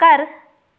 ਘਰ